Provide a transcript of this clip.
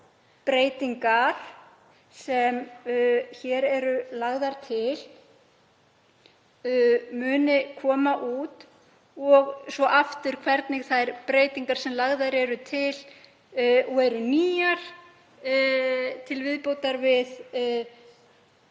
breytingar sem hér eru lagðar til muni koma út og einnig hvernig þær breytingar sem lagðar eru til og eru nýjar, til viðbótar við